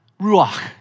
ruach